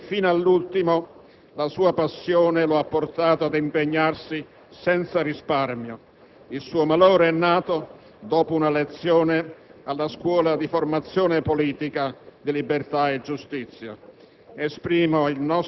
Si può dire che, fino all'ultimo, la sua passione lo ha portato ad impegnarsi senza risparmio. Il suo malore, infatti, è nato dopo una lezione alla Scuola di formazione politica di Libertà e Giustizia.